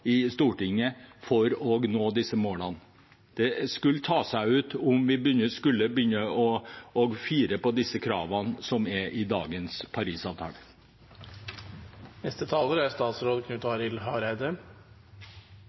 i Stortinget, for å nå disse målene. Det skulle tatt seg ut om vi skulle begynne å fire på de kravene som er i dagens Parisavtale. Eg synest det er